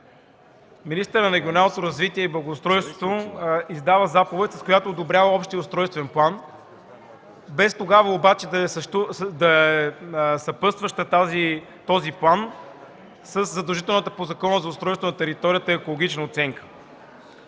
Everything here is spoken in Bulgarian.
министърът на регионалното развитие и благоустройството издава заповед, с която одобрява Общия устройствен план, без тогава този план обаче да е съпътстващ със задължителната по Закона за устройство на територията екологична оценка.